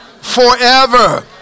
forever